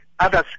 Others